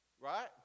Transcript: Right